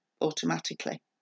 automatically